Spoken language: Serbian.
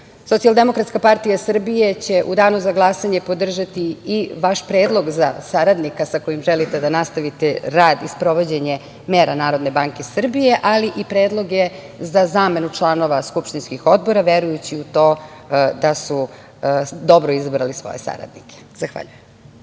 Socijaldemokratska partija Srbije će u danu za glasanje podržati i vaš predlog za saradnika sa kojim želite da nastavite rad i sprovođenje mera NBS, ali i predloge za zamenu članova skupštinskih odbora, verujući u to da su dobro izabrali svoje saradnike. Zahvaljujem.